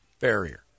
barrier